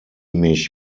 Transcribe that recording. mich